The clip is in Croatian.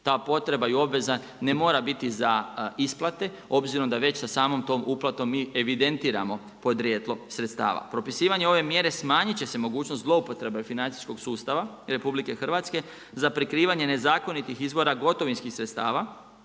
Ta potreba i obveza ne mora biti za isplate, obzirom da već se samom tom uplatom mi evidentiramo podrijetlo sredstava. Propisivanje mjere, smanjit će se mogućnost zloupotrebe financijskog sustava RH, za prikrivanje nezakonitih izvora gotovinskih sredstava,